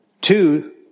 Two